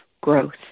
growth